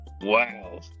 wow